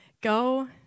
Go